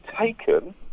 taken